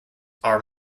are